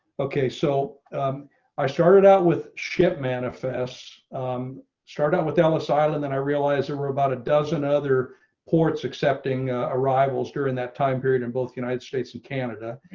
okay. so i started out with ship manifests um started out with ellis island. then i realized a robot, a dozen other ports accepting arrivals during that time period in both united states and canada.